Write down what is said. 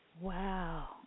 Wow